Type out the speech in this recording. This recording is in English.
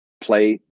play